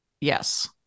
Yes